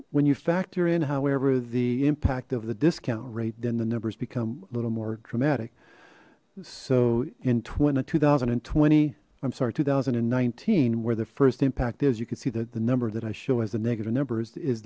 when you factor in however the impact of the discount rate then the numbers become a little more dramatic so in twenty two thousand and twenty i'm sorry two thousand and nineteen where the first impact is you could see that the number that i show as the negative numbers is